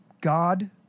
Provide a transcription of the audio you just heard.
God